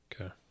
Okay